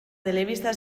telebista